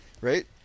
Right